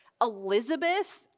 Elizabeth